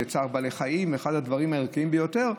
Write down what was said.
וצער בעלי חיים הוא אחד הדברים הערכיים ביותר,